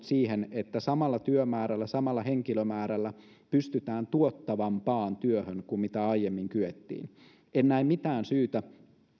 siihen että samalla työmäärällä samalla henkilömäärällä pystytään tuottavampaan työhön kuin mitä aiemmin kyettiin en näe mitään syytä